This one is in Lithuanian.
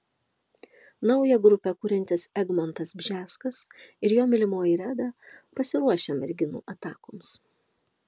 naują grupę kuriantis egmontas bžeskas ir jo mylimoji reda pasiruošę merginų atakoms